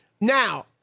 Now